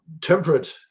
temperate